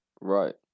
Right